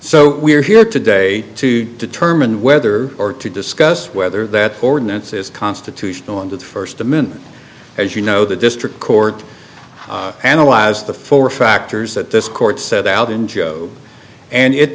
so we're here today to determine whether or to discuss whether that ordinance is constitutional under the first amendment as you know the district court analyze the four factors that this court set out in job and